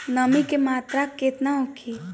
नमी के मात्रा केतना होखे?